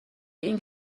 این